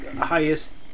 highest